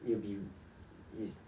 it will be it